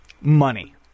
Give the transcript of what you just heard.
money